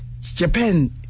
Japan